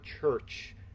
church